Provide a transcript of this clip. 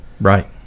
Right